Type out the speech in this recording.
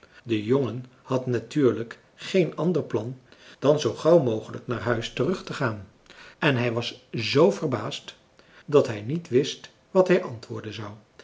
de jongen had natuurlijk geen ander plan dan zoo gauw mogelijk naar huis terug te gaan en hij was z verbaasd dat hij niet wist wat hij antwoorden zou